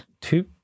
two